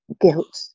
guilt